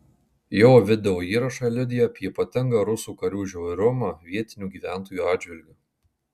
jo videoįrašai liudija apie ypatingą rusų karių žiaurumą vietinių gyventojų atžvilgiu